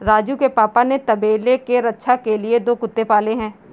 राजू के पापा ने तबेले के रक्षा के लिए दो कुत्ते पाले हैं